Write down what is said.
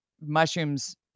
mushrooms